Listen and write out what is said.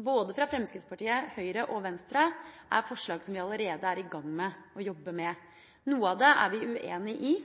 både Fremskrittspartiet, Høyre og Venstre, er forslag som vi allerede er i gang med å jobbe med. Noe av det er vi uenig i –